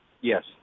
Yes